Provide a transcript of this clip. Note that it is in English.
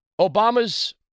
Obama's